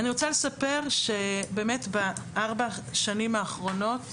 אני רוצה לספר שכבר בשנים האחרונות,